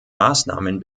maßnahmen